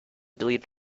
deleted